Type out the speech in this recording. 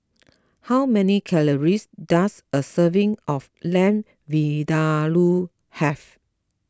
how many calories does a serving of Lamb Vindaloo have